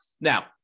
Now